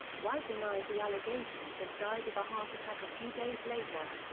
white denied the allegations and died of a heart attack a few days later.